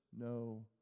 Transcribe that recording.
no